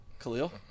Khalil